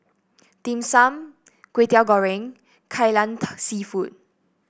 Dim Sum Kwetiau Goreng Kai Lan seafood